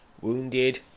Wounded